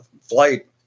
flight